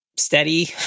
steady